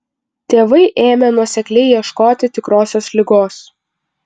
tėvai ėmė nuosekliai ieškoti tikrosios ligos